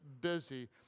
busy